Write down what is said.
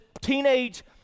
teenage